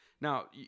Now